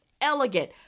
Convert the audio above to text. Elegant